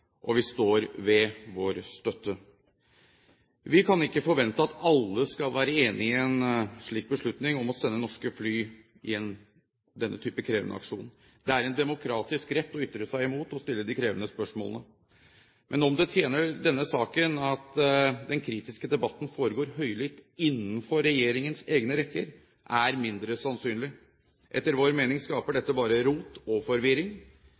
Og vi står ved vår støtte. Vi kan ikke forvente at alle skal være enige i en beslutning om å sende norske fly i denne type krevende aksjon. Det er en demokratisk rett å ytre seg imot og stille de krevende spørsmålene. Men om det tjener denne saken at den kritiske debatten foregår høylytt innenfor regjeringens egne rekker, er mindre sannsynlig. Etter vår mening skaper dette bare rot og forvirring.